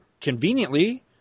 Conveniently